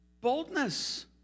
Boldness